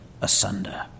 asunder